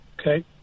Okay